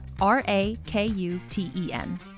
R-A-K-U-T-E-N